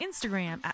Instagram